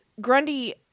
grundy